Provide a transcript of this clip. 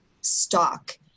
stock